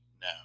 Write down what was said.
No